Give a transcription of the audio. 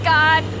God